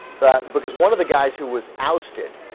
that because one of the guys who was alice did